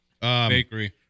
bakery